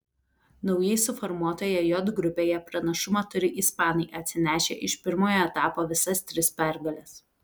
naujai suformuotoje j grupėje pranašumą turi ispanai atsinešę iš pirmojo etapo visas tris pergales